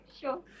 sure